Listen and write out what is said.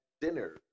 dinner